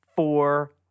Four